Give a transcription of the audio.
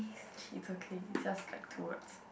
is okay is just like towards